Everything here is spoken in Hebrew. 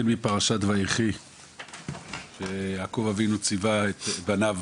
הנושא מתחיל בפרשת ויחי כשיעקב אבינו מצווה את בניו